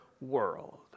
world